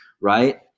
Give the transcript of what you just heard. right